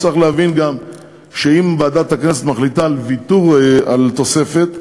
צריך להבין גם שאם ועדת הכנסת מחליטה על ויתור על תוספת,